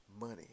money